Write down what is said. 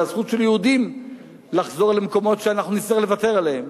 על זכות של יהודים לחזור למקומות שנצטרך לוותר עליהם,